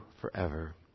forever